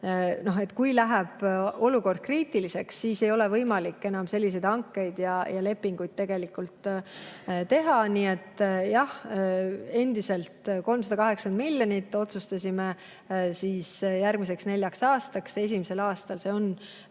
kui läheb olukord kriitiliseks, siis ei ole võimalik enam selliseid hankeid ja lepinguid teha. Nii et jah, endiselt: 380 miljonit otsustasime eraldada järgmiseks neljaks aastaks, esimesel aastal see